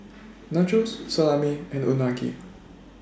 Nachos Salami and Unagi